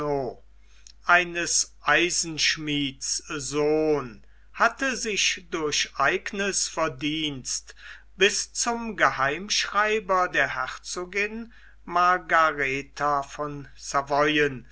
eines eisenschmieds sohn hatte sich durch eigenes verdienst bis zum geheimschreiber der herzogin margaretha von savoyen